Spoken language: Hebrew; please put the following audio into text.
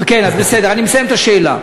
אוה, אז בסדר, אני מסיים את השאלה.